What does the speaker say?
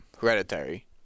Hereditary